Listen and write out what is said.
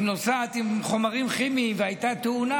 היא נוסעת עם חומרים כימיים והייתה תאונה,